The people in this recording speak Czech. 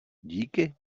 díky